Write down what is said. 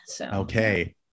Okay